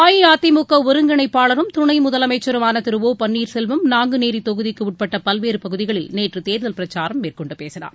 அஇஅதிமுக ஒருங்கிணைப்பாளரும் துணை முதலமைச்சருமான திரு ஒ பன்னீர் செல்வம் நான்குநேரி தொகுதிக்குட்பட்ட பல்வேறு பகுதியில் நேற்று தேர்தல் பிரச்சாரம் மேற்கொண்டு பேசினார்